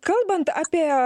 kalbant apie